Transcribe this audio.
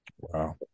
Wow